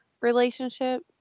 relationship